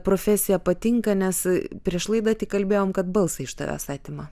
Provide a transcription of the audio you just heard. profesija patinka nes prieš laidą tik kalbėjom kad balsą iš tavęs atima